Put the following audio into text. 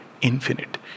Infinite